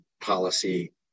policy